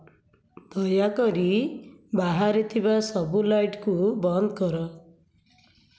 ଦୟାକରି ବାହାରେ ଥିବା ସବୁ ଲାଇଟ୍କୁ ବନ୍ଦ କର